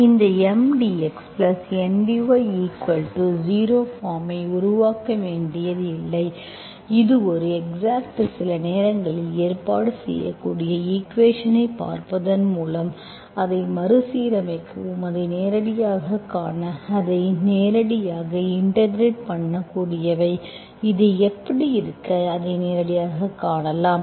இந்த M dx N dy 0 பார்ம்ஐ உருவாக்க வேண்டியதில்லை அது ஒரு எக்ஸாக்ட் சில நேரங்களில் ஏற்பாடு செய்யக்கூடிய ஈக்குவேஷன்ஐப் பார்ப்பதன் மூலம் அதை மறுசீரமைக்கவும் அதை நேரடியாகக் காண முடியும் அது இன்டெகிரெட் பண்ணக்கூடியவை இதை எப்படிப் பார்க்க அதை நேரடியாகக் காணலாம்